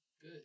good